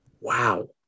Wow